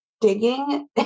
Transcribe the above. digging